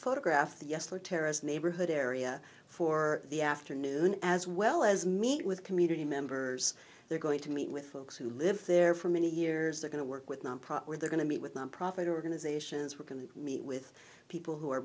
photograph the yesler terrace neighborhood area for the afternoon as well as meet with community members they're going to meet with folks who live there for many years they're going to work with nonprofit where they're going to meet with nonprofit organizations we're going to meet with people who are